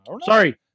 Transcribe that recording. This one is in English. Sorry